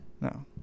No